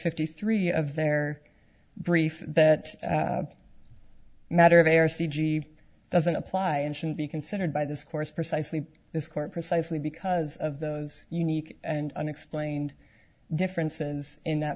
fifty three of their brief that matter of a or c g doesn't apply and should be considered by this course precisely this court precisely because of the unique and unexplained differences in that